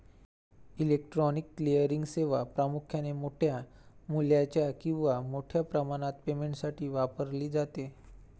electronic clearing सेवा प्रामुख्याने मोठ्या मूल्याच्या किंवा मोठ्या प्रमाणात पेमेंटसाठी वापरली जाते